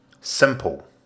Simple